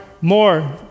more